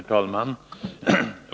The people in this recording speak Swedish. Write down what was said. Herr talman!